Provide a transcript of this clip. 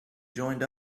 joined